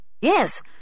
yes